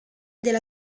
della